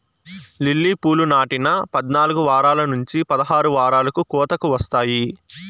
lily పూలు నాటిన పద్నాలుకు వారాల నుంచి పదహారు వారాలకు కోతకు వస్తాయి